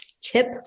Chip